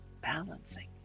balancing